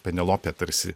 penelopė tarsi